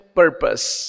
purpose